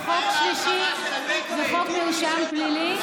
וחוק שלישי זה חוק מרשם פלילי.